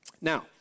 Now